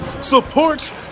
Support